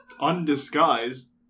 undisguised